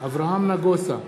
אברהם נגוסה,